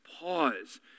pause